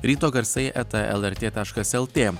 ryto garsai eta lrt taškas lt